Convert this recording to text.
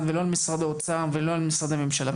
ולא על משרד האוצר ולא על משרדי הממשלה.